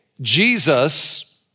Jesus